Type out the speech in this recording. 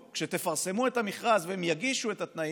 כשתפרסמו את המכרז והם יגישו את התנאים,